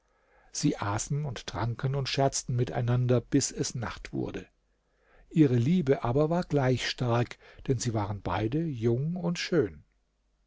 sie aßen und tranken und scherzten miteinander bis es nacht wurde ihre liebe aber war gleich stark denn sie waren beide jung und schön